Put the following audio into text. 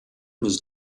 was